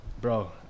Bro